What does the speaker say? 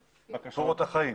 הבקשות המוקדם.